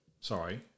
Sorry